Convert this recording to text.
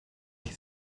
die